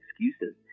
excuses